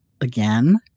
again